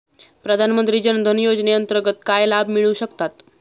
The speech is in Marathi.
प्रधानमंत्री जनधन योजनेअंतर्गत काय लाभ मिळू शकतात?